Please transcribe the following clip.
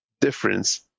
difference